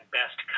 best